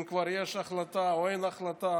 אם כבר יש החלטה או אין החלטה,